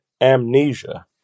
amnesia